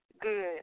good